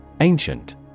Ancient